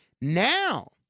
Now